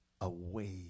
away